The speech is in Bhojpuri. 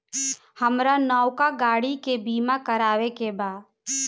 हामरा नवका गाड़ी के बीमा करावे के बा